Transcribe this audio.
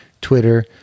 Twitter